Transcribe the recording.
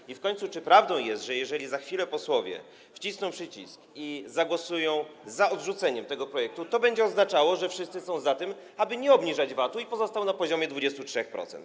I w końcu czy prawdą jest, że jeżeli za chwilę posłowie wcisną przyciski i zagłosują za odrzuceniem tego projektu, to będzie oznaczało, że wszyscy są za tym, aby nie obniżać VAT-u, aby pozostał na poziomie 23%?